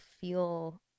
feel